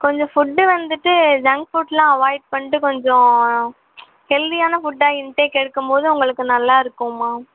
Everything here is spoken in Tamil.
கொஞ்சம் ஃபுட்டு வந்துட்டு ஜங் ஃபுட்லாம் அவாய்ட் பண்ணிட்டு கொஞ்சம் ஹெல்தியான ஃபுட்டாக இன்டேக் எடுக்கும் போது உங்களுக்கு நல்லா இருக்கும்மா